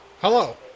Hello